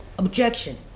Objection